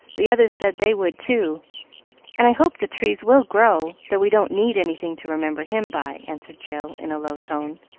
the others said they would, too and i hope the trees will grow, though we don't need anything to remember him by, answered jill, in a low tone,